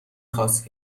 خواست